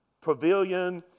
pavilion